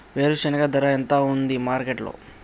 వేరుశెనగ ధర ఎంత ఉంది మార్కెట్ లో?